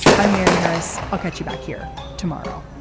i'm mary harris. i'll catch you back here tomorrow